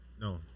no